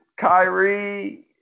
Kyrie